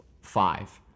five